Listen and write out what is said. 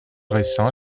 récent